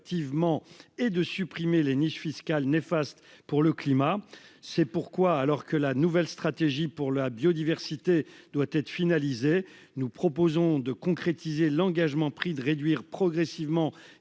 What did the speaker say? et de supprimer les niches fiscales néfastes pour le climat. C'est pourquoi, alors que la nouvelle stratégie pour la biodiversité doit être finalisé, nous proposons de concrétiser l'engagement pris de réduire progressivement